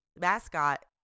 mascot